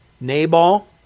Nabal